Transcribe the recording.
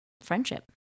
friendship